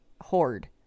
hoard